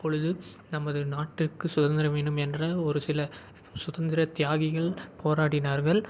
அப்பொழுது நமது நாட்டுக்கு சுதந்திரம் வேண்டுமென்ற ஒருசில சுதந்திர தியாகிகள் போராடினார்கள்